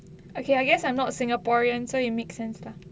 okay I guess I'm not singaporean so it makes sense lah